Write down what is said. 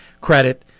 credit